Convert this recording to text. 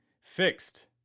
fixed